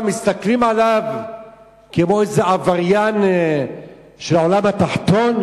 מסתכלים עליו כמו איזה עבריין של העולם התחתון?